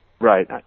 Right